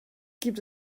gibt